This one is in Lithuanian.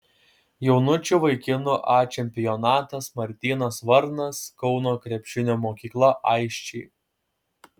jaunučių vaikinų a čempionatas martynas varnas kauno krepšinio mokykla aisčiai